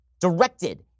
directed